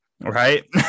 Right